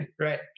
right